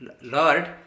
Lord